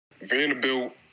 Vanderbilt